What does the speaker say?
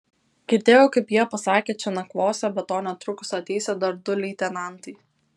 girdėjau kaip jie pasakė čia nakvosią be to netrukus ateisią dar du leitenantai